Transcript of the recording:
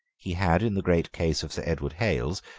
he had, in the great case of sir edward hales,